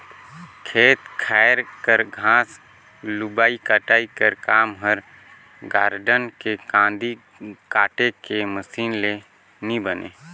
खेत खाएर कर घांस लुबई कटई कर काम हर गारडन के कांदी काटे के मसीन ले नी बने